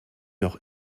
noch